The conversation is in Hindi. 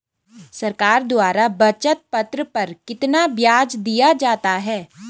सरकार द्वारा बचत पत्र पर कितना ब्याज दिया जाता है?